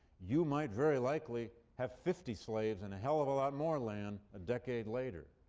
you might very likely have fifty slaves and a hell of a lot more land a decade later.